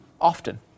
Often